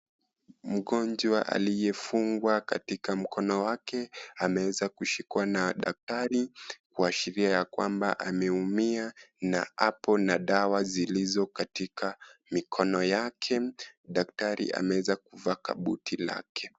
Mgonjwa aliyefungwa katika mkono wake ameweza kushukwa na daktari kushiria ya kwamba ameumia na ako na dawa zilizo katika mikono yake daktari ameweza kuvaa kabuti lake.